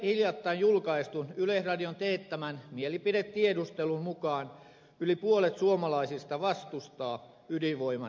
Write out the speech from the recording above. hiljattain julkaistun yleisradion teettämän mielipidetiedustelun mukaan yli puolet suomalaisista vastustaa ydinvoiman lisärakentamista